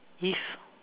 if